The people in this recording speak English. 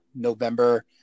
November